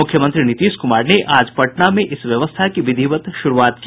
मुख्यमंत्री नीतीश कुमार ने आज पटना में इस व्यवस्था की विधिवत शुरूआत की